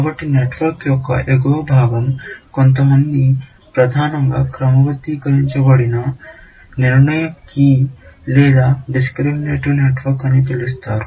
కాబట్టి నెట్వర్క్ యొక్క ఎగువ భాగం కొంతమంది ప్రధానంగా క్రమబద్ధీకరించబడిన నిర్ణయ కీ లేదా డిస్క్రిమినేటివ్ నెట్వర్క్ అని పిలుస్తారు